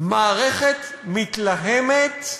מערכת מתלהמת,